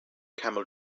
camel